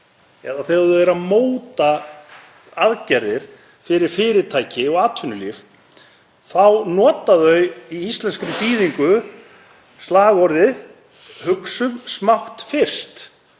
eða þegar þau eru að móta aðgerðir fyrir fyrirtæki og atvinnulíf þá nota þau, í íslenskri þýðingu, slagorðið: Hugsum smátt fyrst.